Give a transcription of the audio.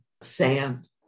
sand